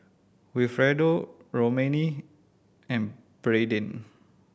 Wilfredo Romaine and Brayden